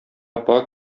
апа